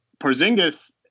Porzingis